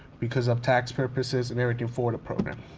because of tax purposes and everything for the program.